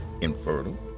infertile